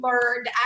learned